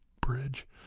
bridge